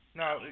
now